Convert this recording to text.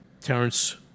Terrence